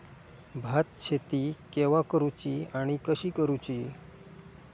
भात शेती केवा करूची आणि कशी करुची?